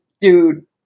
dude